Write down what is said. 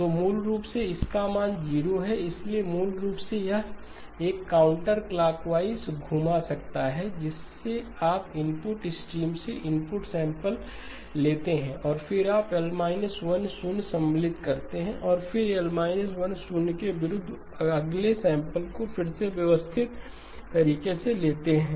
तो मूल रूप से इसका मान 0 है इसलिए मूल रूप से यह एक कॉउंटरक्लॉकवाईस घुमा सकता है जिसे आप इनपुट स्ट्रीम से इनपुट सैंपल लेते हैं और फिर आप L 1 शून्य सम्मिलित करते हैं और फिर L 1 शून्य के विरुद्ध अगले सैंपल को फिर से व्यवस्थित तरीके से लेते हैं